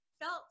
felt